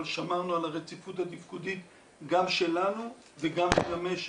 אבל שמרנו על הרציפות התפקודית גם שלנו וגם של המשק.